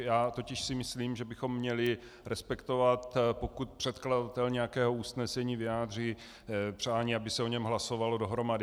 Já si totiž myslím, že bychom měli respektovat, pokud předkladatel nějakého usnesení vyjádří přání, aby se o něm hlasovalo dohromady.